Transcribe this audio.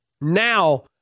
Now